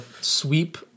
sweep